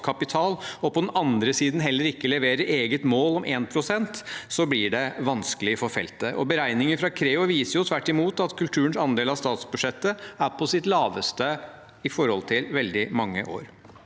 og på den andre siden heller ikke leverer eget mål om 1 pst., blir det vanskelig for feltet. Beregninger fra Creo viser tvert imot at kulturens andel av statsbudsjettet er på sitt laveste på mange år.